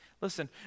Listen